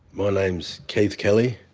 my name's keith kelly,